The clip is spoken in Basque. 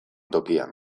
tokian